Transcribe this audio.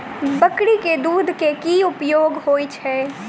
बकरी केँ दुध केँ की उपयोग होइ छै?